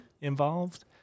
involved